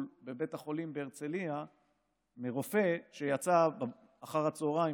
בבית החולים בהרצליה מרופא שיצא אחר הצוהריים,